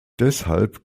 deshalb